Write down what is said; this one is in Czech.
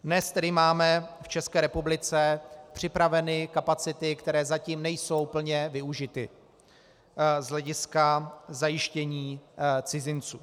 Dnes tedy máme v České republice připraveny kapacity, které zatím nejsou plně využity z hlediska zajištění cizinců.